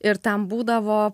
ir ten būdavo